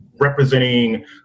representing